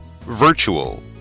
Virtual